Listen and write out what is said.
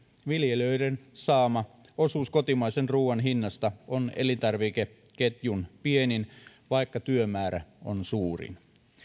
viljelijöiden saama osuus kotimaisen ruuan hinnasta on elintarvikeketjun pienin vaikka työmäärä on suurin